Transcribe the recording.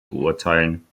beurteilen